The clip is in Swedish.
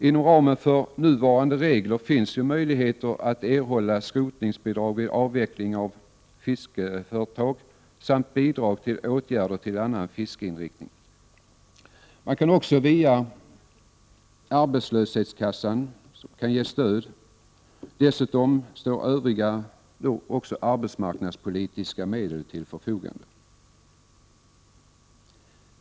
Inom ramen för nuvarande regler finns möjlighet att erhålla skrotningsbidrag vid avveckling av fiskeföretag samt bidrag till åtgärder till annan fiskeinriktning. Via arbetslöshetskassan kan stöd också ges. Dessutom står övriga arbetsmarknadspolitiska medel till förfogande.